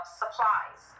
supplies